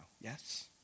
Yes